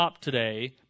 today